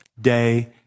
day